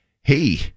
hey